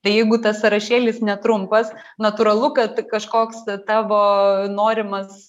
tai jeigu tas sąrašėlis netrumpas natūralu kad kažkoks tavo norimas